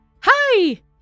Hi